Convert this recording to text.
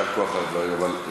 יישר כוח על הדברים.